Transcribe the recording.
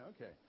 Okay